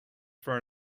for